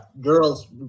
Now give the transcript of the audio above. girls